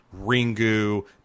Ringu